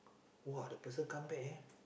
uh the person come back ah